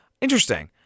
Interesting